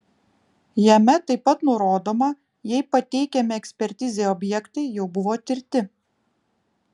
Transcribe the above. jame taip pat nurodoma jei pateikiami ekspertizei objektai jau buvo tirti